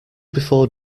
before